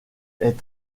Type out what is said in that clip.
est